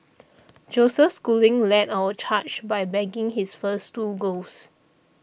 Joseph Schooling led our charge by bagging his first two golds